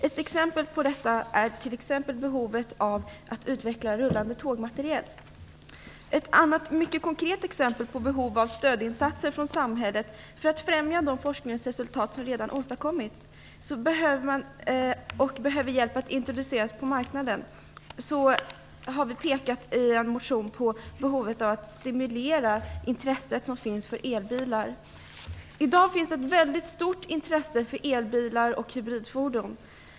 Ett exempel på detta är att behovet av att utveckla rullande tågmateriel. Låt mig nämna ett annat mycket konkret exempel på behov av stödinsatser från samhället för att främja de forskningsresultat som redan åstadkommits och som behöver hjälp för att introduceras på marknaden. I en motion har vi pekat på behovet av att stimulera det intresse som finns för elbilar. I dag finns det ett mycket stort intresse för elbilar och hybridfordon.